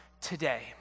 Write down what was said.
today